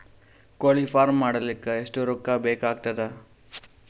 ಕೋಳಿ ಫಾರ್ಮ್ ಮಾಡಲಿಕ್ಕ ಎಷ್ಟು ರೊಕ್ಕಾ ಬೇಕಾಗತದ?